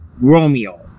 Romeo